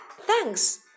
thanks